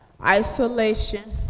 isolation